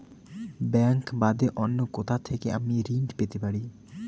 Bank বাদে অন্য কোথা থেকে আমি ঋন পেতে পারি?